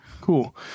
Cool